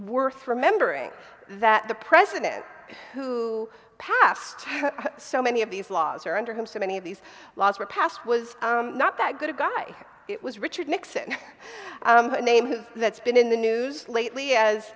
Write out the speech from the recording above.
worth remembering that the president who passed so many of these laws or under him so many of these laws were passed was not that good guy it was richard nixon a name that's been in the news lately as